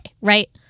right